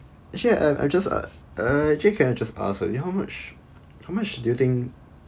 actually I'm I'm just uh uh actually can I just ask uh how much how much do you think